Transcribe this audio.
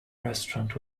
restaurant